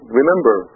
remember